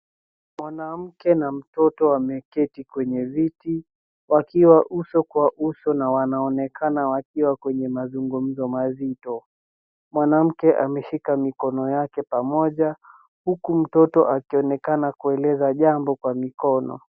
Mwanamke na mtoto wameketi kwenye viti, wakiwa uso kwa uso na wanaonekana wakiwa kwenye mazungumzo mazito. Mwanamke ameshika mikono yake pamoja, huku mtoto akionekana kueleza jambo kwa mikono.